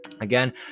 again